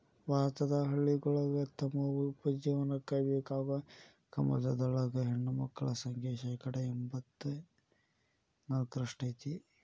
ಭಾರತದ ಹಳ್ಳಿಗಳೊಳಗ ತಮ್ಮ ಉಪಜೇವನಕ್ಕ ಬೇಕಾಗೋ ಕಮತದೊಳಗ ಹೆಣ್ಣಮಕ್ಕಳ ಸಂಖ್ಯೆ ಶೇಕಡಾ ಎಂಬತ್ ನಾಲ್ಕರಷ್ಟ್ ಐತಿ